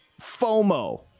FOMO